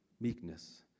meekness